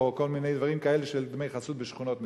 או כל מיני דברים כאלה של דמי חסות בשכונות מסוימות.